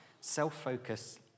self-focus